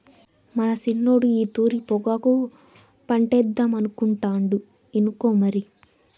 మన సిన్నోడు ఈ తూరి పొగాకు పంటేద్దామనుకుంటాండు ఇనుకో మరి